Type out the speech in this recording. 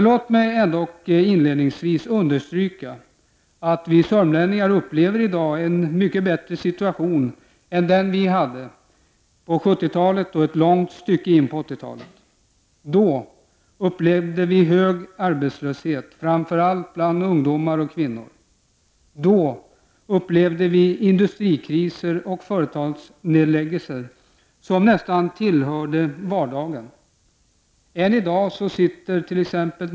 Låt mig inledningsvis understryka att vi sörmlänningar i dag upplever en mycket bättre situation än den vi hade i slutet på 70-talet och ett långt stycke in på 80-talet. Då hade vi en hög arbetslöshet, framför allt bland ungdomar och kvinnor. Då upplevde vi industrikriser och företagsnedläggelser nästan som något som tillhörde vardagen. Än i dag sittert.ex.